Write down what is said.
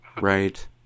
Right